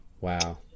Wow